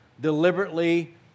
deliberately